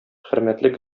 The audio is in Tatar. хөрмәтле